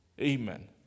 Amen